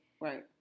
Right